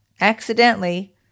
accidentally